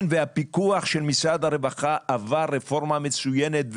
כן, והפיקוח של משרד הרווחה עבר רפורמה מצוינת.